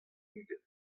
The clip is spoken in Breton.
ugent